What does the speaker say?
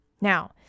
Now